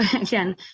again